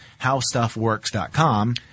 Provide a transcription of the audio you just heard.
HowStuffWorks.com